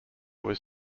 was